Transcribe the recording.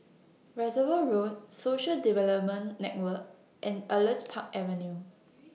Reservoir Road Social Development Network and Elias Park Avenue